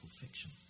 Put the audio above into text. fiction